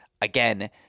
again